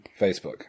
Facebook